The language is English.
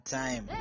time